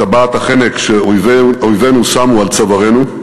את טבעת החנק שאויבינו שמו על צווארנו,